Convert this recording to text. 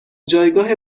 جایگاه